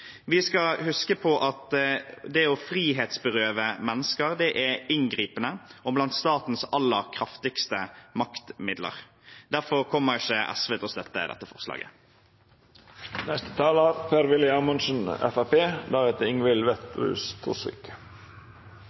Vi skal huske på at det å frihetsberøve mennesker er inngripende, og blant statens aller kraftigste maktmidler. Derfor kommer ikke SV til å støtte dette forslaget.